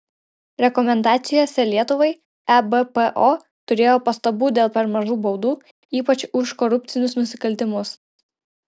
rekomendacijose lietuvai ebpo turėjo pastabų dėl per mažų baudų ypač už korupcinius nusikaltimus